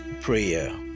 prayer